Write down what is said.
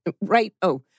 right—oh